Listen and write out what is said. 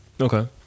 Okay